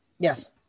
Yes